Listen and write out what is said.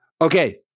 Okay